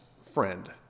friend